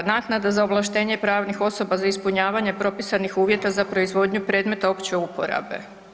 Naknada za ovlaštenje pravnih osoba za ispunjavanje propisanih uvjeta za proizvodnju predmeta opće uporabe.